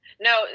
No